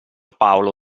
paolo